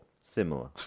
Similar